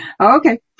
Okay